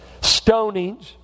stonings